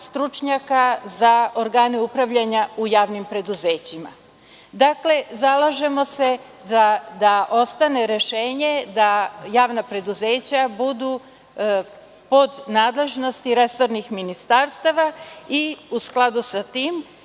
stručnjaka za organe upravljanja u javnim preduzećima. Dakle, zalažemo se za da ostane rešenje da javna preduzeća budu pod nadležnosti resornih ministarstava i u skladu sa tim,